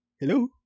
Hello